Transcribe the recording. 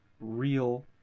real